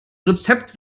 rezept